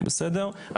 בסדר?